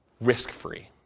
risk-free